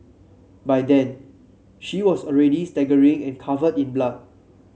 by then she was already staggering and covered in blood